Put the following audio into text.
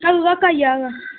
कदूं तगर आई जाह्ग